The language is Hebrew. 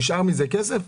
נשאר מזה כסף?